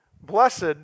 Blessed